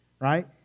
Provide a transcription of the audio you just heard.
right